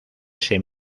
ese